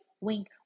Wink